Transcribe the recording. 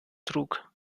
trug